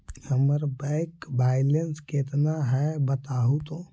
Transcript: हमर bank balance केतना है बताहु तो?